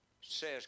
says